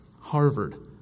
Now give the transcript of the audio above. Harvard